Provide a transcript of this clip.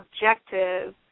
objective